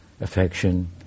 affection